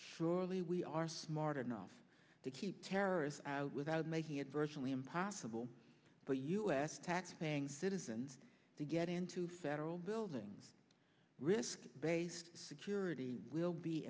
surely we are smart enough to keep terrorists out without making it version impossible for us taxpaying citizens to get into federal buildings risk based security will be